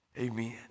Amen